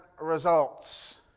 results